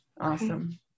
Awesome